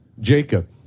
Jacob